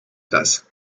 das